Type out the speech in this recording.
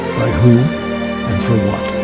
whom and for what.